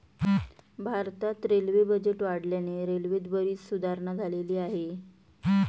भारतात railway budget वाढल्याने रेल्वेत बरीच सुधारणा झालेली आहे